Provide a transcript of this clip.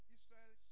Israel